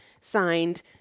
signed